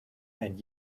and